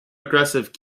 aggressive